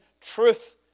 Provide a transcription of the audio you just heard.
truth